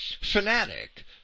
fanatic